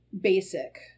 basic